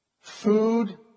Food